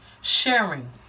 sharing